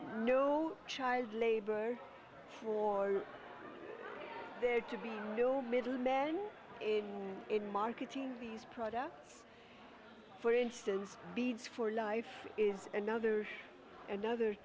no child labor for there to be no middlemen in marketing these products for instance beads for life is another another